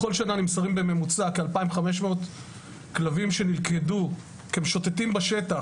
בכל שנה נמסרים בממוצע כ-2,500 כלבים שנלכדו כמשוטטים בשטח,